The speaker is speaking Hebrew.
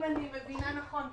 אם אני מבינה נכון,